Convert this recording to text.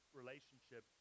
relationship